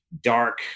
dark